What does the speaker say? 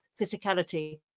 physicality